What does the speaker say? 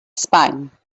spine